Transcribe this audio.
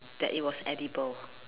that it was edible